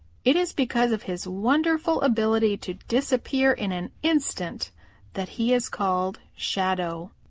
it is because of his wonderful ability to disappear in an instant that he is called shadow.